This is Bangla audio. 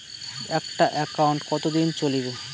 একটা একাউন্ট কতদিন চলিবে?